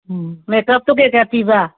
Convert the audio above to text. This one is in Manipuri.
ꯃꯦꯛꯀꯞꯇꯣ ꯀꯌꯥ ꯀꯌꯥ ꯄꯤꯕ